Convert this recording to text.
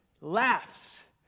Laughs